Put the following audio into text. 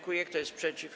Kto jest przeciw?